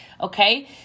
okay